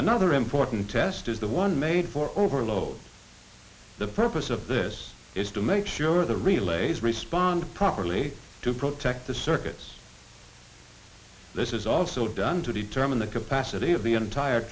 another important test is the one made for overload the purpose of this is to make sure the relays respond properly to protect the circuits this is also done to determine the capacity of the entire